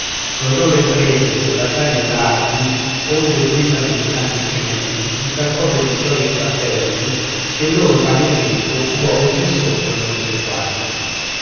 lodò le imprese le battaglie e l'arti onde brillano i due santi gemelli con tal copia di storie e fatterelli che il loro panegirico occupò del discorso almen tre quarti